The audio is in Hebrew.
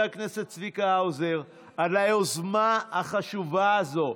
הכנסת צביקה האוזר על היוזמה החשובה הזאת,